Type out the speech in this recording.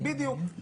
בכל מקרה,